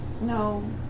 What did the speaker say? No